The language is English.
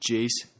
Jace